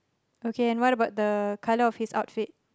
okay and what about the colour of his outfit